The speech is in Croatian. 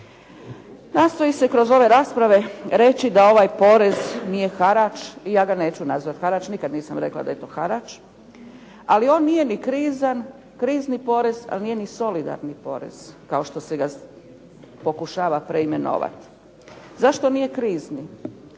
Nastoji se kroz ove rasprave reći da ovaj porez nije harač i ja ga neću nazvat harač. Nikad nisam rekla da je to harač, ali on nije ni krizan, krizni porez, a nije ni solidarni porez kao što ga se pokušava preimenovati. Zašto nije krizni?